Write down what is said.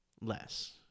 Less